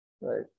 Right